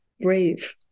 brave